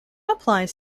applies